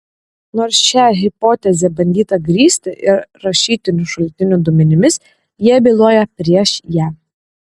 nors šią hipotezę bandyta grįsti ir rašytinių šaltinių duomenimis jie byloja prieš ją